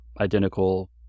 identical